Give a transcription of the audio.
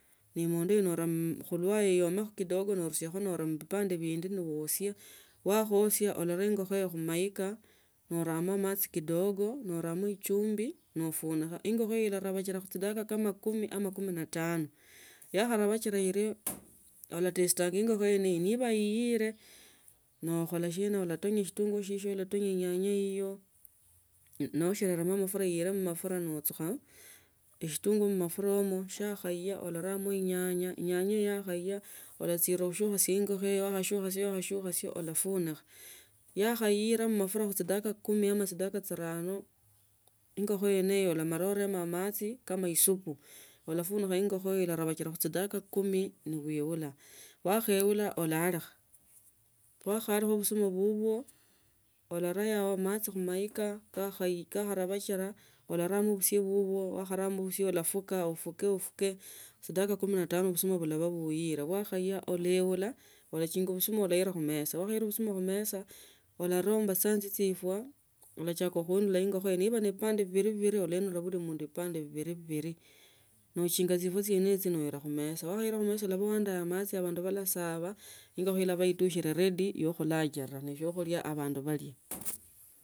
Ne imondo ino uraa khuluwaya isime kidogo nochia uramo vipande vindi kidogo nowosia wakhuosia ulara ingokho iya khumaika norama machi kidogo noramo echumbi nafunikha ingpkho ilarabakila dakika kama kumi nombe kumi na tano yakharabachil eno ulatesta kho ingokho yene niba iyire nokholashina ulatonya shitunguyu chila ulatonyenga noshinima vitungu mafura nochukha mo eshitungu mmafura yakhaiya ularamo inyanya inyanya yakhaiya ulachirira khuchiosya ingokho iyo wakhasakusia ulafunikha yakhayira mmafura khuchi dakika kumi ama dakika chirano ingokho yineyo mara unimo amachi kama isupu alafunikha ingokho ilarabachila khuchidakika kumi newobula wakhaeala ulaalikha wakhaalika busuma bubwo ulara ya machi khumaika khakhaiya kakharabachila ulaalikha wakhaalikha busuma bubwo ulara yao machi khumaika khukhaiya kakhaiya kakharabachila olaramo busie shidakika kumi na tano busuma bula baa buyire bwakhaiya uleula ulachinga busuma norela khumesa nowakhama khumesa ularomba chisahani chio chifwa ulachaka khuinula ingokho yene iyo ne ba nipande bibili bibili ulaenula kila mundu vipande vibili vibili nochingwa chifwa chiene icho nora khumesa wakhuila khumesa noba uandaa amchi abandu nabasaba ingokho ilabaa itushile stegi ya khurachira neshiokhulia abandu balia.